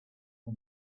for